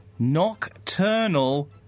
Nocturnal